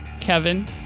Kevin